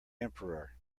emperor